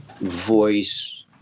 voice